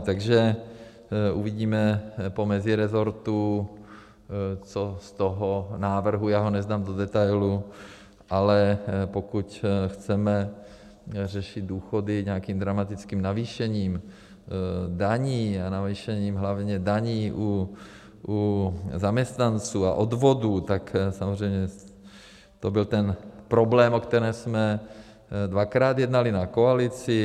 Takže uvidíme po mezirezortu, co z toho návrhu, já ho neznám do detailu, ale pokud chceme řešit důchody nějakým dramatickým navýšením daní a navýšením hlavně daní u zaměstnanců a odvodů, tak samozřejmě to byl ten problém, o kterém jsme dvakrát jednali na koalici.